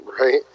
Right